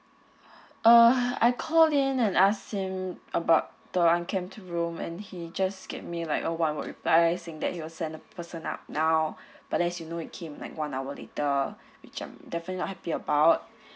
uh I called in and ask him about the unkempt room and he just give me like a one word reply saying that he will send a person up now but as you know it came like one hour later which I'm not definitely happy about